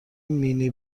مینی